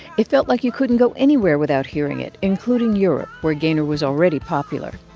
it felt like you couldn't go anywhere without hearing it, including europe, where gaynor was already popular.